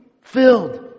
filled